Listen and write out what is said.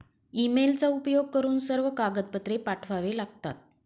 ईमेलचा उपयोग करून सर्व कागदपत्रे पाठवावे लागतात